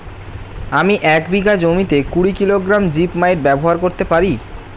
আমি এক বিঘা জমিতে কুড়ি কিলোগ্রাম জিপমাইট ব্যবহার করতে পারি?